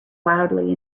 wildly